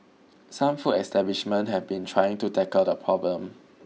some food establishments have been trying to tackle the problem